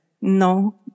no